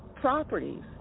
properties